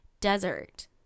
desert